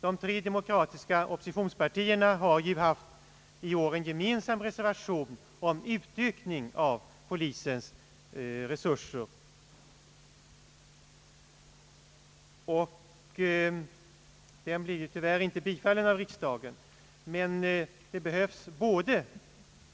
De tre demokratiska oppositionspartierna har ju i år väckt en gemensam motion om utökning av polisens resurser. Den blev tyvärr inte bifallen av riksdagen. Det behövs dock både